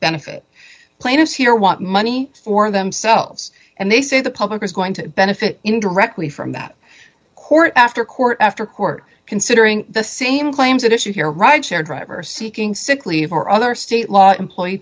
benefit plaintiffs here want money for themselves and they say the public is going to benefit indirectly from that court after court after court considering the same claims that issue here right share driver seeking sick leave or other state law employee